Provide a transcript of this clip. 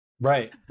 Right